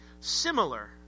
similar